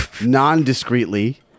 non-discreetly